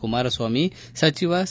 ಕುಮಾರಸ್ನಾಮಿ ಸಚಿವ ಸಿ